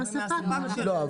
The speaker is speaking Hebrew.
לא.